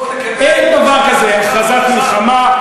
אין דבר כזה הכרזת מלחמה,